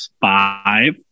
five